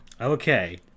okay